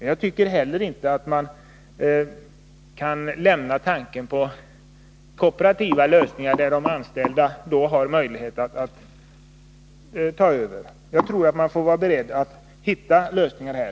Men jag tycker inte heller att man kan lämna tanken på kooperativa lösningar, som ger de anställda möjlighet att ta över. Jag tror att man måste vara beredd att försöka hitta nya lösningar.